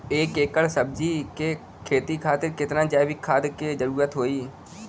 एक एकड़ सब्जी के खेती खातिर कितना जैविक खाद के जरूरत होई?